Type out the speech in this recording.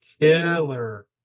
killer